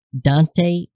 Dante